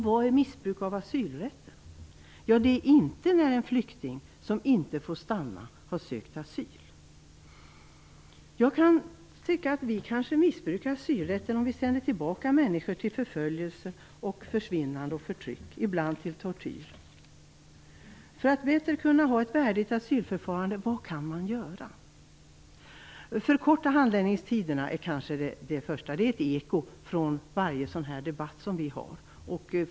Vad är missbruk av asylrätten? Ja, det är inte när en flykting som inte får stanna har sökt asyl. Jag kan tycka att vi kanske missbrukar asylrätten om vi sänder tillbaka människor till förföljelse, försvinnande och förtryck, ibland till tortyr. Vad kan man göra för att ha ett bättre och ett värdigt asylförfarande? Förkorta handläggningstiderna är kanske det första. Det är ett eko från varje debatt vi har.